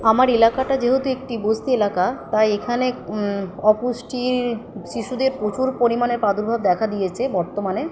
আমার এলাকাটা যেহেতু একটি বস্তি এলাকা তাই এখানে অপুষ্টির শিশুদের প্রচুর পরিমাণে প্রাদুর্ভাব দেখা দিয়েছে বর্তমানে